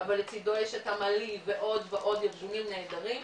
אבל לצידו יש עוד ועוד ארגונים נהדרים.